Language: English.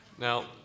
Now